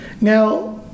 Now